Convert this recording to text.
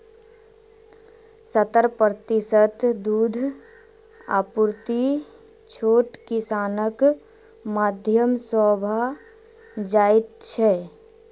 सत्तर प्रतिशत दूधक आपूर्ति छोट किसानक माध्यम सॅ भ जाइत छै